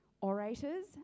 orators